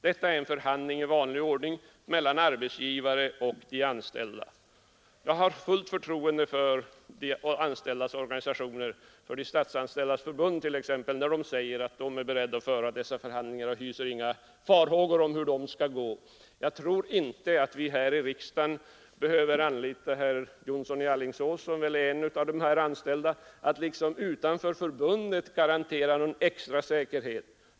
Det är förhandling i vanlig ordning mellan arbetsgivaren och de anställda. Jag har fullt förtroende för de anställdas organisationer — för Statsanställdas förbund t.ex. — när de säger att de är beredda att föra dessa förhandlingar och inte hyser några farhågor för hur det skall gå. Jag tror inte att vi i riksdagen behöver anlita herr Jonsson i Alingsås — som väl är en av de här anställda — för att liksom utanför förbunden garantera någon extra säkerhet.